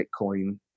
Bitcoin